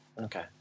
Okay